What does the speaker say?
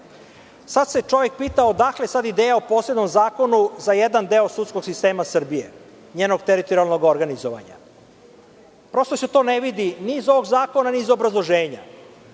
se čovek pita, odakle ideja o posebnom zakonu za jedan deo sudskog sistema Srbije, njenog teritorijalnog organizovanja? To se ne vidi ni iz ovog zakona ni iz obrazloženja.